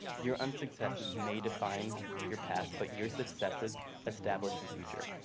your and successes may define your past but your successes establish your future.